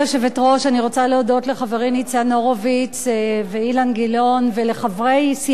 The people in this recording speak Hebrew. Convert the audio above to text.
אני רוצה להודות לחברי ניצן הורוביץ ואילן גילאון ולחברי סיעת מרצ